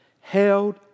held